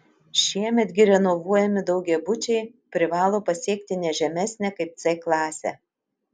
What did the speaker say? šiemet gi renovuojami daugiabučiai privalo pasiekti ne žemesnę kaip c klasę